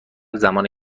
زمان